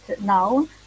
now